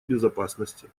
безопасности